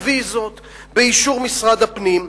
בוויזות באישור משרד הפנים,